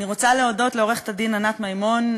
אני רוצה להודות לעורכת-הדין ענת מימון,